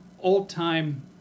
old-time